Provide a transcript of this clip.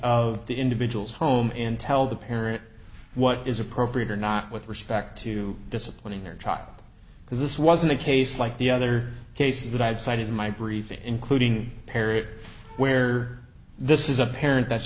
the individual's home in tell the parent what is appropriate or not with respect to disciplining their child because this wasn't a case like the other cases that i've cited in my brief including parrot where this is a parent that's